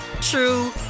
true